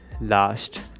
last